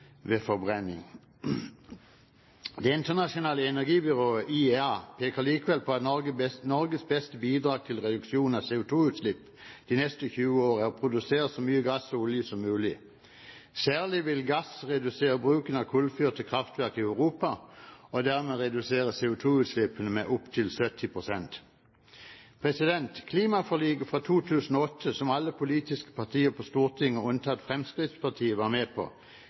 ved forbrenning. Det internasjonale energibyrå, IEA, peker likevel på at Norges beste bidrag til reduksjon av CO2-utslipp de neste 20 år er å produsere så mye gass og olje som mulig. Særlig vil gass redusere bruken av kullfyrte kraftverk i Europa, og dermed redusere CO2-utslippene med opptil 70 pst. Klimaforliket fra 2008, som alle politiske partier på Stortinget, unntatt Fremskrittspartiet, var med på,